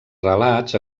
relats